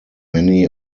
many